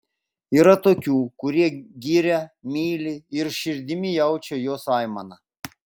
yra tokių kurie girią myli ir širdimi jaučia jos aimaną